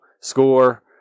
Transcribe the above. score